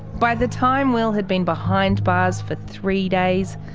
by the time will had been behind bars for three days,